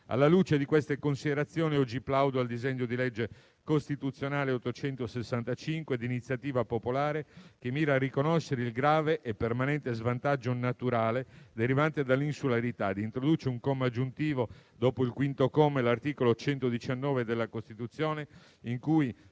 Alla luce di queste considerazioni oggi plaudo al disegno di legge costituzionale n. 865, d'iniziativa popolare, che mira a riconoscere il grave e permanente svantaggio naturale derivante dall'insularità e introduce un comma aggiuntivo dopo il quinto comma dell'articolo 119 della Costituzione, in cui